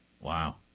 Wow